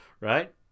Right